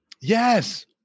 Yes